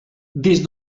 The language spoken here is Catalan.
des